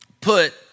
put